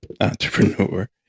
entrepreneur